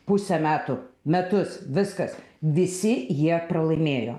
pusę metų metus viskas visi jie pralaimėjo